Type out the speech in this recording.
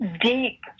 deep